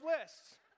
lists